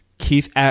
keith